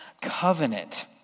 covenant